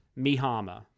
Mihama